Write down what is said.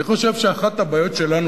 אני חושב שאחת הבעיות שלנו,